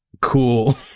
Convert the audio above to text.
Cool